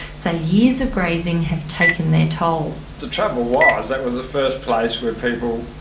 say years of grazing have taken their toll. the trouble was that was the first place where people,